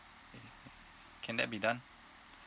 can that be done